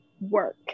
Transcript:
work